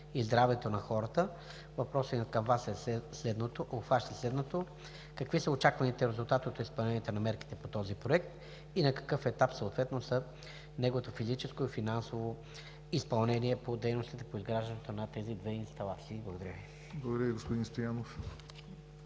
и здравето на хората, въпросът ми към Вас обхваща следното: какви са очакваните резултати от изпълнението на мерките по този проект и на какъв етап съответно са дейностите по неговото физическо и финансово изпълнение и изграждането на тези две инсталации? Благодаря.